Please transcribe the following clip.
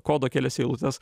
kodo kelias eilutes